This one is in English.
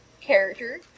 character